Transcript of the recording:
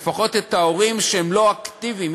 לפחות את ההורים שהם לא אקטיביים,